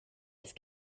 auf